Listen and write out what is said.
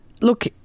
look